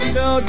no